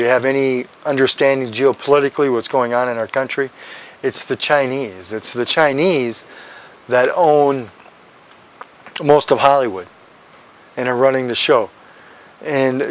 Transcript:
you have any understanding geo politically what's going on in our country it's the chinese it's the chinese that own most of hollywood in a running the show